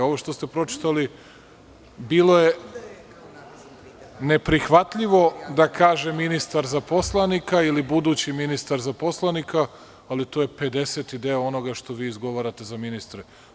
Ovo što ste pročitali bilo je neprihvatljivo da kaže ministar za poslanika ili budući ministar za poslanika, ali to je pedeseti deo onoga što vi izgovarao za ministre.